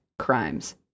crimes